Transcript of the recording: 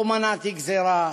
פה מנעתי גזירה.